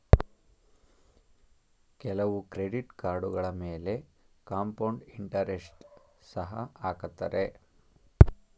ಕೆಲವು ಕ್ರೆಡಿಟ್ ಕಾರ್ಡುಗಳ ಮೇಲೆ ಕಾಂಪೌಂಡ್ ಇಂಟರೆಸ್ಟ್ ಸಹ ಹಾಕತ್ತರೆ